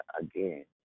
again